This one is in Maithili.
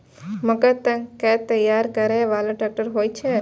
मक्का कै तैयार करै बाला ट्रेक्टर होय छै?